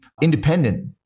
independent